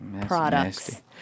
products